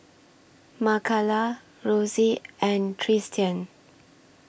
Makala Rosy and Tristian